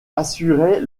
assurait